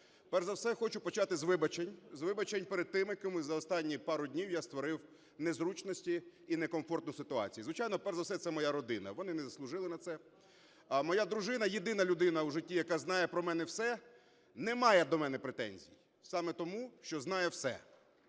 Перш за все, хочу почати з вибачень, з вибачень перед тими, кому за останні пару днів я створив незручності і некомфортну ситуацію. Звичайно, перш за все, це моя родина, вони не заслужили на це. Моя дружина – єдина людина у житті, яка знає про мене все, не має до мене претензій, саме тому, що знає все.